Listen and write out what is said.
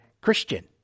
Christian